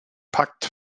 pakt